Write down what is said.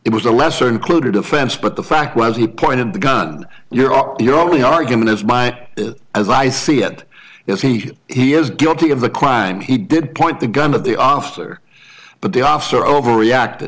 it was a lesser included offense but the fact was he pointed the gun your are your only argument is my as i see it is he he is guilty of a crime he did point the gun of the officer but the officer overreact